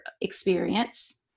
experience